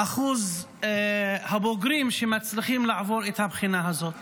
אחוז הבוגרים שמצליחים לעבור את הבחינה הזאת.